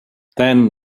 then